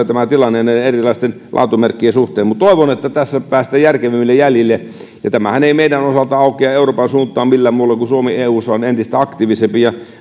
tämä tilanne näiden erilaisten laatumerkkien suhteen on täysin epäselvä mutta toivon että tässä päästään järkevimmille jäljille tämähän ei meidän osaltamme aukea euroopan suuntaan millään muulla kuin sillä että suomi on eussa entistä aktiivisempi ja